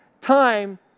time